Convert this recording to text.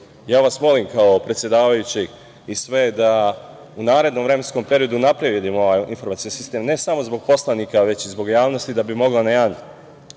to. Ja vas molim kao predsedavajući i sve da u narednom vremenskom periodu unapred vidimo ovaj informacioni sistem, ne samo zbog poslanika, već i zbog javnosti da bismo mogli na jedan